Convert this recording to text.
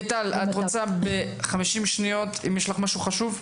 מיטל, את רוצה ב-50 שניות, אם יש לך משהו חשוב?